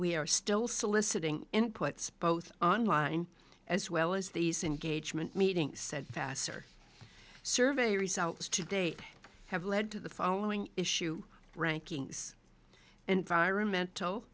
we are still soliciting inputs both online as well as these engagement meeting said faster survey results today have led to the following issue rankings environmental